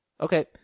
Okay